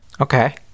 Okay